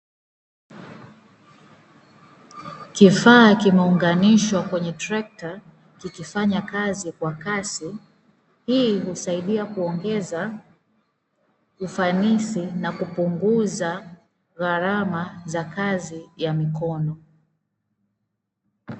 Kifaa kimeunganishwa kwenye trekta, kikifanya kazi kwa kasi. Hii inasaidia kuongeza ufanisi na kupunguza gharama za kazi ya mikono.